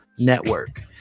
Network